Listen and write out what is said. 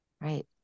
right